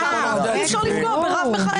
אי-אפשר לפגוע ברב מכהן.